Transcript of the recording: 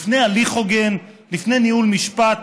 לפני הליך הוגן, לפני ניהול משפט,